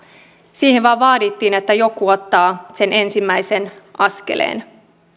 siihen vain vaadittiin että joku ottaa sen ensimmäisen askeleen